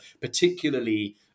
particularly